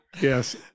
Yes